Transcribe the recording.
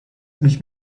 ich